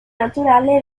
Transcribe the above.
naturale